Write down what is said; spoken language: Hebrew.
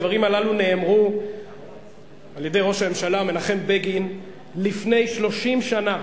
הדברים הללו נאמרו על-ידי ראש הממשלה מנחם בגין לפני 30 שנה.